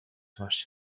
var